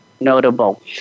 notable